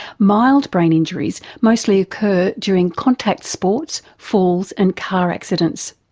mild brain injuries mostly occur during contact sports, falls and car accidents.